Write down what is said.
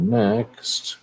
next